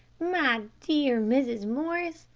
my dear mrs. morris,